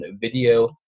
video